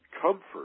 comfort